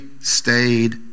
stayed